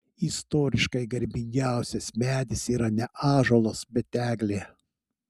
istoriškai garbingiausias medis yra ne ąžuolas bet eglė